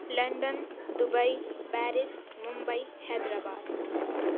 London Dubai Paris Mumbai Hyderabad